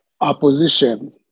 opposition